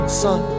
sun